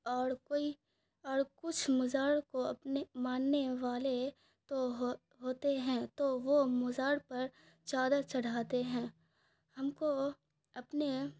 اور کوئی اور کچھ مزار کو اپنے ماننے والے تو ہو ہوتے ہیں تو وہ مزار پر چادر چڑھاتے ہیں ہم کو اپنے